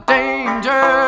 danger